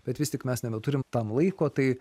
bet vis tik mes nebeturim tam laiko tai